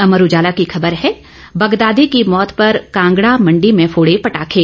अमर उजाला की खबर है बगदादी की मौत पर कांगड़ा मंडी में फोड़े पटाखे